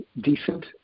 decent